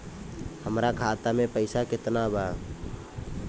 हमरा खाता में पइसा केतना बा?